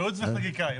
ייעוץ וחקיקה.